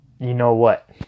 you-know-what